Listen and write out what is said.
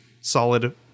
solid